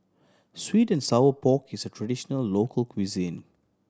sweet and sour pork is a traditional local cuisine